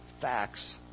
facts